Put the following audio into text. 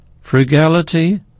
frugality